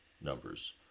numbers